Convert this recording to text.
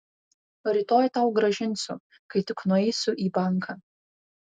rytoj tau grąžinsiu kai tik nueisiu į banką